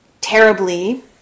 terribly